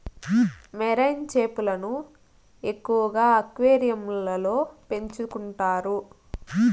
marine చేపలను ఎక్కువగా అక్వేరియంలలో పెంచుకుంటారు